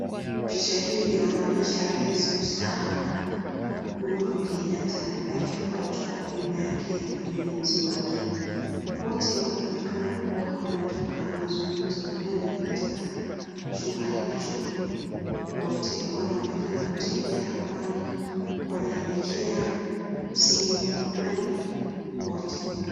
Picha hii inaonyesha rais mstaafu uhuru kenyatta akifuatwa nyuma yake na mlinzi wake. Wote wanaonekana kuwa wanatoka mazungumzo fulani katika chumba hicho. Wote wanaonekana kutembea kwani wanaelekea sehemu fulani wote.